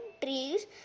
trees